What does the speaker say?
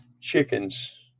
chickens